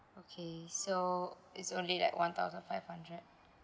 okay so it's only like one thousand five hundred